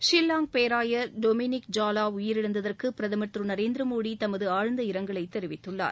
ஷில்லாங் பேராயர் டோமினிக் ஜாலா உயிரிழந்ததற்கு பிரதமர் திரு நரேந்திர மோடி தனது ஆழ்ந்த இரங்கலை தெரிவித்துள்ளார்